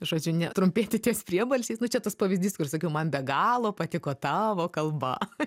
žodžiu ne trumpėti ties priebalsiais nu čia tas pavyzdys kur sakiau man be galo patiko tavo kalba